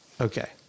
Okay